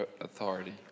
authority